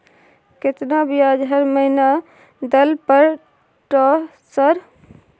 केतना ब्याज हर महीना दल पर ट सर?